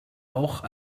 auch